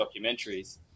documentaries